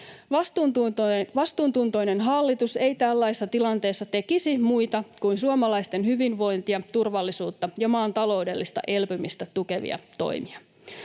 Vastuuntuntoinen hallitus ei tällaisessa tilanteessa tekisi muita kuin suomalaisten hyvinvointia, turvallisuutta ja maan taloudellista elpymistä tukevia toimia.